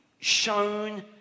shown